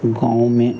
गाँव में